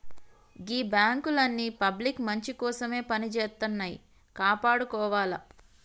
గీ బాంకులన్నీ పబ్లిక్ మంచికోసమే పనిజేత్తన్నయ్, కాపాడుకోవాల